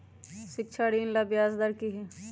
शिक्षा ऋण ला ब्याज दर कि हई?